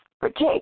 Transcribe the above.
protect